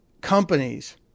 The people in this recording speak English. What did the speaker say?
companies